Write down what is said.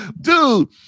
dude